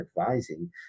advising